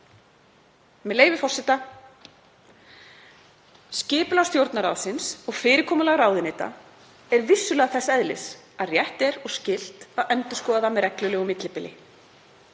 með leyfi forseta: „Skipulag Stjórnarráðsins og fyrirkomulag ráðuneyta er vissulega þess eðlis að rétt er og skylt að endurskoða það með reglulegu millibili.